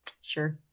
Sure